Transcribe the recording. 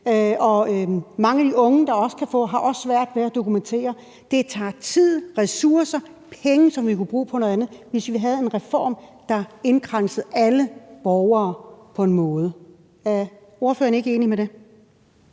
af de unge, der kan få, har også svært ved at dokumentere. Det tager tid, ressourcer, penge, som vi kunne bruge på noget andet, hvis vi havde en reform, der indkransede alle borgere på en måde. Er ordføreren ikke enig i det?